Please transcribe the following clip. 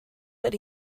that